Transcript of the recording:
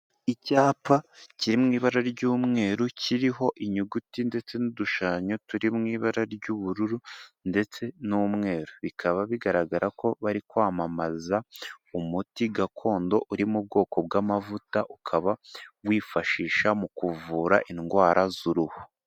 Icyapa kiri mu ibara ry'umweru, kiriho inyuguti ndetse n'udushushanyo turi mu ibara ry'ubururu ndetse n'umweru, bikaba bigaragara ko bari kwamamaza umuti gakondo uri mu bwoko bw'amavuta, ukaba wifashisha mu kuvura indwara z'uruhu.